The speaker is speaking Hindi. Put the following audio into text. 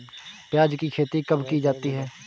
प्याज़ की खेती कब की जाती है?